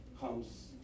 comes